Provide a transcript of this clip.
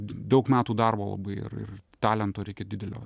daug metų darbo labai ir talento reikia didelio